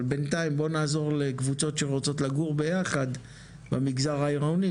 אבל בינתיים בוא נעזור לקבוצות שרוצות לגור ביחד במגזר העירוני,